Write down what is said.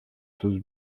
sus